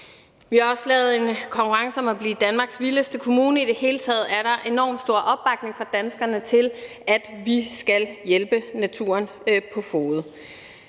Vi har også lavet en konkurrence om at blive Danmarks vildeste kommune, og der er i det hele taget enormt stor opbakning fra danskerne til, at vi skal hjælpe naturen på fode.